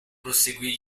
proseguì